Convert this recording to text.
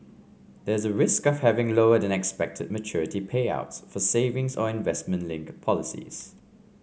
there is a risk of having lower than expected maturity payouts for savings or investment linked policies